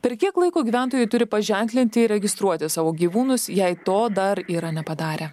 per kiek laiko gyventojai turi paženklinti įregistruoti savo gyvūnus jei to dar yra nepadarę